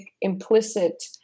implicit